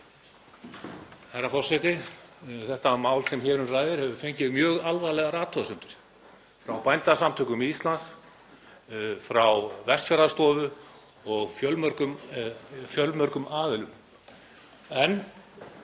Þetta mál sem hér um ræðir hefur fengið mjög alvarlegar athugasemdir frá Bændasamtökum Íslands, frá Vestfjarðastofu og fjölmörgum aðilum.